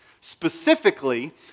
Specifically